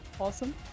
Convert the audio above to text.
Awesome